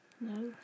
No